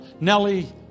Nellie